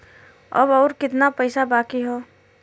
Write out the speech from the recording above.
अब अउर कितना पईसा बाकी हव?